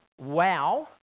wow